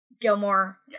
gilmore